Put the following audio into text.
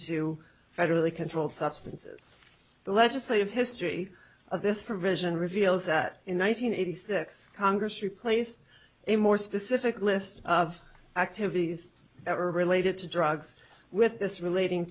to federally controlled substances the legislative history of this provision reveals that in one nine hundred eighty six congress replaced a more specific list of activities that were related to drugs with this relating